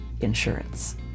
insurance